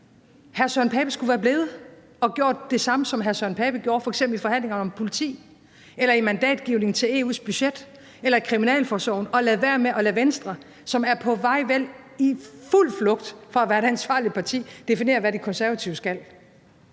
Hr. Søren Pape Poulsen skulle være blevet og gjort det samme, som hr. Søren Pape Poulsen f.eks. gjorde i forhandlingerne om politiet eller ved mandatgivningen til EU's budget eller ved aftalen om kriminalforsorgen, og ladet være med at lade Venstre, som i fuld flugt er på vej væk fra at være et ansvarligt parti, definere, hvad De Konservative skal.